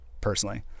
personally